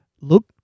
Look